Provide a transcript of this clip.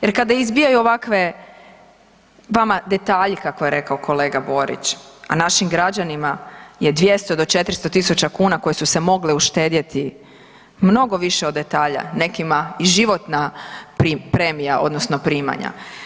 Jer kada izbijaju vama detalji, kako je rekao kolega Borić, a našim građanima je 200 do 400 tisuća kuna koje su se mogle uštedjeti mnogo više od detalja nekima i životna premija odnosno primanja.